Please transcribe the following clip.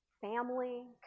family